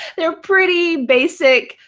they're pretty basic.